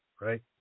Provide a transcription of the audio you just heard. right